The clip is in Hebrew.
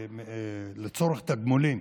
שהיא לצורך תגמולים